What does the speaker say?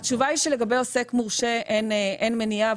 התשובה היא שלגבי עוסק מורשה אין מניעה,